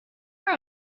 sure